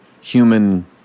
human